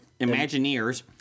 Imagineers